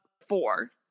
four